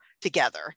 together